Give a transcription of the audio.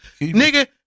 Nigga